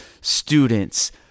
students